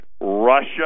Russia